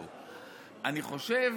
אני חושב